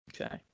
Okay